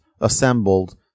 assembled